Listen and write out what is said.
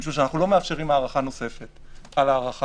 אנחנו לא מאפשרים הארכה נוספת על הארכה